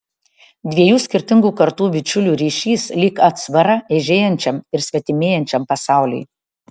dviejų skirtingų kartų bičiulių ryšys lyg atsvara eižėjančiam ir svetimėjančiam pasauliui